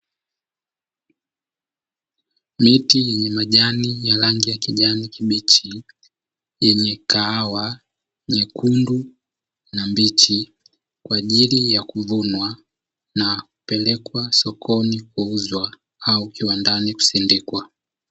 Miti yenye majani ya rangi ya kijani kibichi yenye kahawa nyekundu na mbichi kwa ajili ya kuvunwa na kupelekwa sokoni kuuzwa au kiwandani kusindikwa.